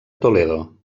toledo